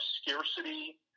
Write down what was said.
scarcity